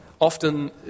Often